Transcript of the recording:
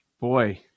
boy